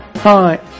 Hi